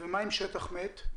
ומה עם שטח מת?